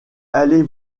allez